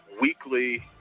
weekly